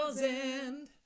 end